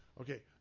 okay